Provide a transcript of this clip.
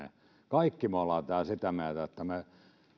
kaikki me olemme täällä sitä mieltä että me